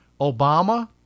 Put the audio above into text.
Obama